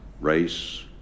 race